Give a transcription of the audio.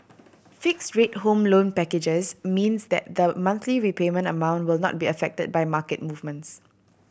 fixed rate Home Loan packages means that the monthly repayment amount will not be affected by market movements